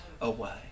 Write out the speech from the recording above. away